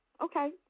okay